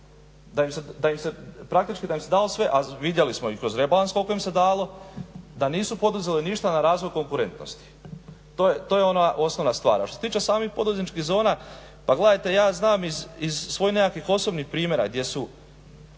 praktički dalo sve a vidjeli smo i kroz rebalans koliko im se dalo, da nisu poduzeli ništa na razvoj konkurentnosti. To je ona osnovna stvar. A što se tiče samih poduzetničkih zona, pa gledajte ja znam iz svojih nekakvih osobnih primjera gdje su